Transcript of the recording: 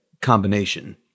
combination